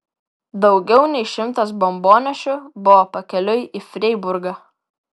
daugiau nei šimtas bombonešių buvo pakeliui į freiburgą